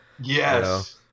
Yes